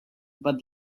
but